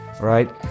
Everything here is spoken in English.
right